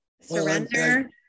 surrender